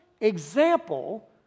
example